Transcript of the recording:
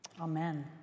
Amen